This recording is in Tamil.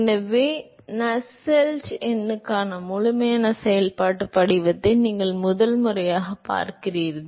எனவே நஸ்செல்ட் எண்ணுக்கான முழுமையான செயல்பாட்டு படிவத்தை நீங்கள் முதன்முறையாகப் பார்க்கிறீர்கள்